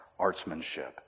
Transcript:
artsmanship